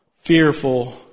Fearful